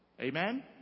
Amen